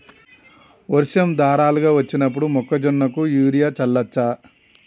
వర్షం ధారలుగా వచ్చినప్పుడు మొక్కజొన్న కు యూరియా చల్లచ్చా?